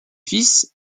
fils